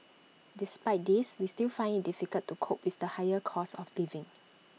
despite this we still find IT difficult to cope with the higher cost of living